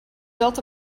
built